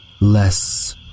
Less